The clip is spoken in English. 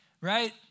right